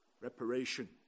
reparation